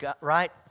right